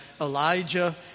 Elijah